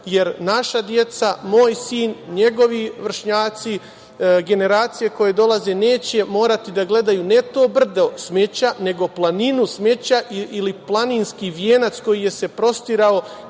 jer naša deca, moj sin, njegovi vršnjaci, generacije koje dolaze, neće morati da gledaju ne to brdo smeća, nego planinu smeća ili planinski venac koji se prostirao